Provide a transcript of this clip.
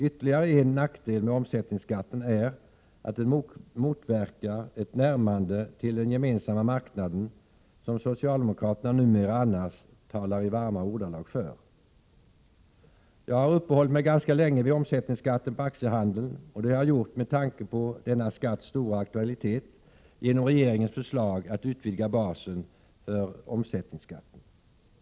Ytterligare en nackdel med omsättningsskatten är att den motverkar ett närmande till den gemensamma marknaden som socialdemokraterna numera annars talar i varma ordalag för. Jag har uppehållit mig ganska länge vid omsättningsskatten på aktiehandeln och det har jag gjort med tanke på denna skatts stora aktualitet genom regeringens förslag att utvidga basen för omsättningsskatten.